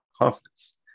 confidence